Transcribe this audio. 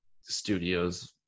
studios